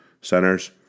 centers